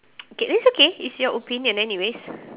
okay it's okay it's your opinion anyways